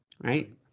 right